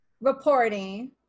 Reporting